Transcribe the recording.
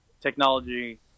technology